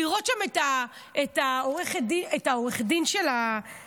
לראות שם את עורך הדין של הממשלה,